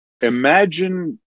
imagine